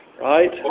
right